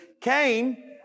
Cain